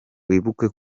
wibuke